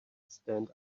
stand